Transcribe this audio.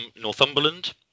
northumberland